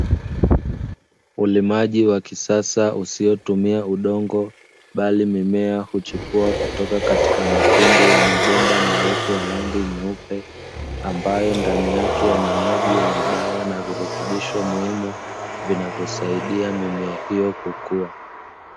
Ulimaji wa kisasa usiotumia udongo bali mimea huchipua kutoka katika matundu ya mabomba marefu ya rangi nyeupe, ambayo ndani yake yana maji yenye dawa na virutubisho muhimu vinavyosaidia mimea hiyo kukua.